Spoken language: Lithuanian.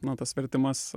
na tas vertimas